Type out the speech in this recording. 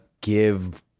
give